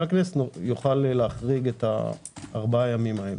הכנסת נוכל להחריג את ארבעת הימים האלה.